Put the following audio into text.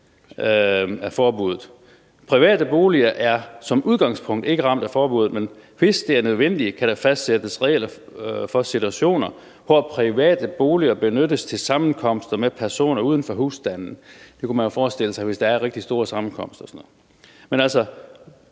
af forbuddet. Private boliger er som udgangspunkt ikke ramt af forbuddet, men hvis det er nødvendigt, kan der fastsættes regler ved situationer, hvor private boliger benyttes til sammenkomster med personer uden for husstanden. Man kunne forestille sig, det blev tilfældet, hvis der er rigtig store sammenkomster og sådan